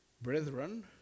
brethren